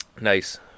Nice